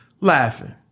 laughing